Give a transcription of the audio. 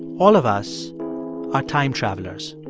all of us are time travelers.